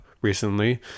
recently